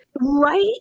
Right